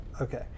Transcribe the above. okay